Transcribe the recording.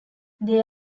they